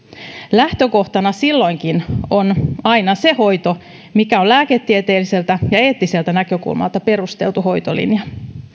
lähtökohtana silloinkin on aina se hoito mikä on lääketieteellisestä ja eettisestä näkökulmasta perusteltu hoitolinja